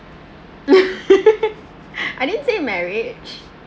I didn't say marriage